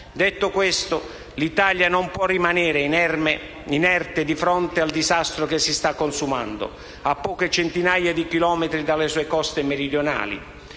Detto questo, l'Italia non può rimanere inerte di fronte al disastro che si sta consumando a poche centinaia di chilometri dalle sue coste meridionali.